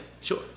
Sure